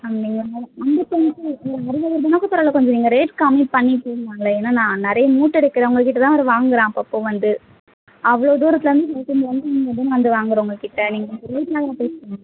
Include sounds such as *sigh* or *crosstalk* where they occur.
*unintelligible* அம்பத்தஞ்சு இல்ல அறுபது *unintelligible* கொஞ்சம் நீங்கள் ரேட் கம்மி பண்ணி சொல்லி தாங்களேன் ஏனால் நான் நிறைய மூட்டை விற்கிறவங்கக்கிட்ட தான் அது வாங்குகிறேன் அப்போப்போ வந்து அவ்வளோ தூரத்துலிருந்து வந்து இங்கே தான வந்து வாங்குகிறோம் உங்கள்கிட்ட நீங்கள் ரேட்டெலாம் கொஞ்சம் பேசுங்கள்